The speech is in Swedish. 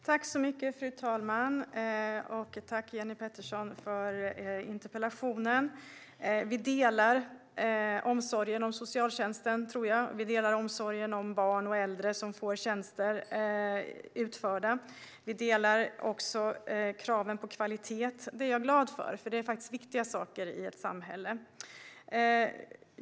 Fru talman! Tack, Jenny Petersson, för interpellationen! Jag tror att vi delar omsorgen om socialtjänsten. Vi delar omsorgen om barn och äldre som får tjänster utförda. Vi delar också kraven på kvalitet. Detta är jag glad för, för det här är viktiga saker i ett samhälle.